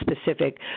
specific